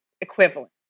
equivalent